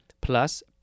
plus